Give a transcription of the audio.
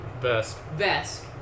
Vesk